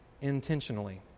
intentionally